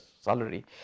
salary